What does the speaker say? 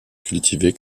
cultivées